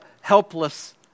helpless